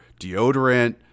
deodorant